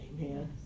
Amen